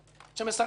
שמסרסת אתכם.